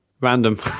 random